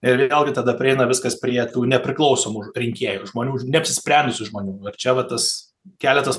ir vėlgi tada prieina viskas prie tų nepriklausomų rinkėjų žmonių neapsisprendusių žmonių ir čia va tas keletas